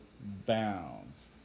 bounds